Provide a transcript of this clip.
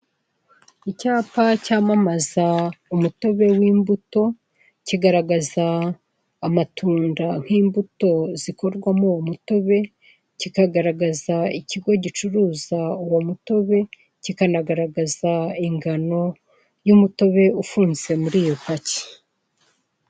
Icyapa cyamamaza umutobe w'imbuto, kigaragaza amatunda nk'imbuto zikorwamo uwo mutobe, kikagaragaza ikigo gicuruza uwo mutobe, kikanagaragaza ingano y'umutobe ufunze muri iyo paki.